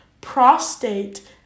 prostate